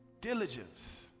Diligence